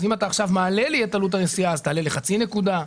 אז אם אתה עכשיו מעלה את עלות הנסיעה אז תעלה לחצי נקודת זיכוי.